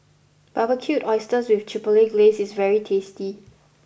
Barbecued Oysters with Chipotle Glaze is very tasty